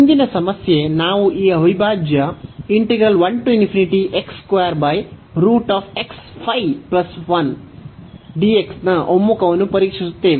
ಮುಂದಿನ ಸಮಸ್ಯೆ ನಾವು ಈ ಅವಿಭಾಜ್ಯ ನ ಒಮ್ಮುಖವನ್ನು ಪರೀಕ್ಷಿಸುತ್ತೇವೆ